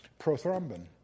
prothrombin